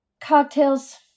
Cocktails